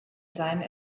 seinen